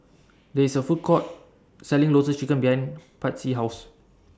There IS A Food Court Selling Lotus Chicken behind Patsy's House